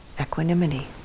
equanimity